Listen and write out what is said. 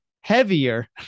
heavier